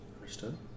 Understood